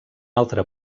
altre